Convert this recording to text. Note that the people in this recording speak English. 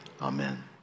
Amen